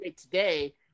Today